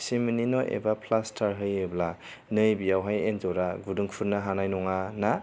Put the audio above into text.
सिमिन्टनि न' एबा फ्लास्टार होयोब्ला नैबेवाव हाय एनजरा गुदुं खुरनो हानाय नङा ना